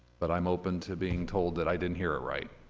but i'm open to being told that i didn't hear it right.